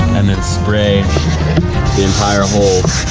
and then spray the entire hull.